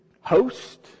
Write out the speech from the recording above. host